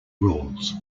rules